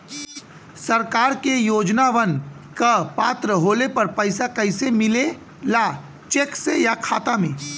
सरकार के योजनावन क पात्र होले पर पैसा कइसे मिले ला चेक से या खाता मे?